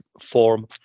form